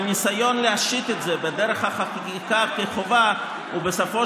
אבל ניסיון להשית את זה בדרך החקיקה כחובה בסופו